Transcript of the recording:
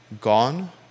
Gone